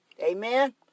Amen